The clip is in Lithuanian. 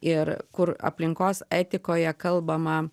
ir kur aplinkos etikoje kalbama